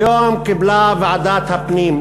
היום קיבלה ועדת הפנים,